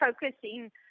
focusing